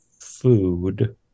food